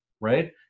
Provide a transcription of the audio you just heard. right